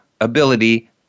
ability